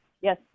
yes